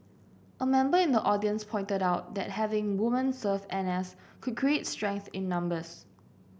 a member in the audience pointed out that having woman serve N S could create strength in numbers